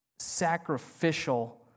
sacrificial